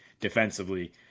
defensively